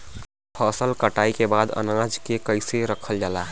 फसल कटाई के बाद अनाज के कईसे रखल जाला?